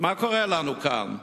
מה קורה לנו כאן?